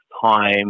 time